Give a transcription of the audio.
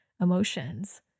emotions